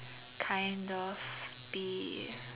kind of be